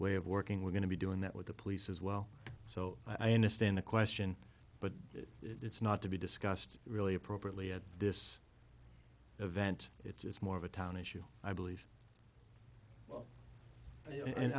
way of working when to be doing that with the police as well so i understand the question but it's not to be discussed really appropriately at this event it's more of a town issue i believe